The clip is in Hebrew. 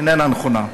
היא איננה נכונה.